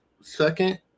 Second